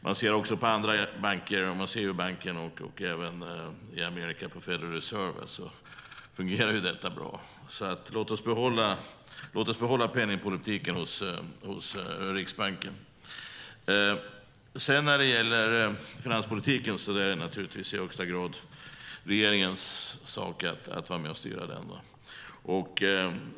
Man ser också att det fungerar bra inom andra banker - EU-banken och även Federal Reserve i Amerika. Låt oss alltså behålla penningpolitiken hos Riksbanken. När det gäller finanspolitiken är det naturligtvis i högsta grad regeringens sak att vara med och styra den.